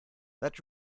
that